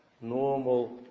Normal